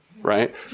right